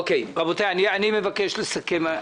רבותי, אני מבקש לסכם.